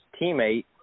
teammate